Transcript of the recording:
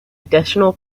additional